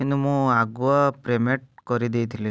କିନ୍ତୁ ମୁଁ ଆଗୁଆ ପ୍ୟାମେଣ୍ଟ କରିଦେଇଥିଲି